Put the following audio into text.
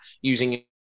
using